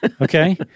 Okay